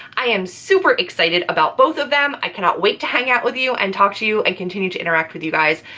i am super excited about both of them. i cannot wait to hang out with you, and talk to you, and continue to interact with you guys.